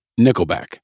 Nickelback